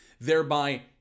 Thereby